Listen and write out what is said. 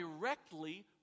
directly